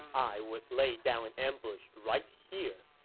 i would lay down an ambush right here.